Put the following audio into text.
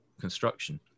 construction